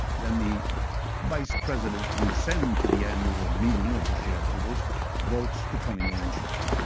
then the vice president you send to the annual meeting of the shareholders votes the twenty million shares.